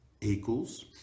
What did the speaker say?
equals